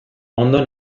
ondo